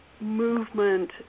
movement